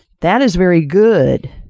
that is very good,